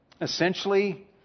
Essentially